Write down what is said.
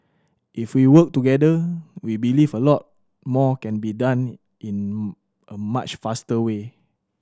if we work together we believe a lot more can be done in a much faster way